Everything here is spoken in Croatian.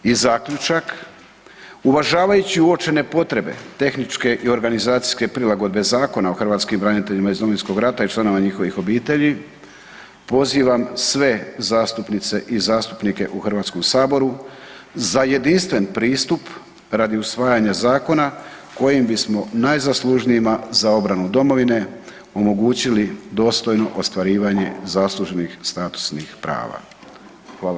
I zaključak, uvažavajući uočene potrebe tehničke i organizacijske prilagodne Zakona o hrvatskim braniteljima iz Domovinskog rata i članovima njihovih obitelji, pozivam sve zastupnice i zastupnike u Hrvatskom saboru za jedinstven pristup radi usvajanja zakona kojim bismo najzaslužnijima za obranu domovine omogućili dostojno ostvarivanje zasluženih statusnih prava.